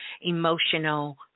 emotional